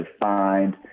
find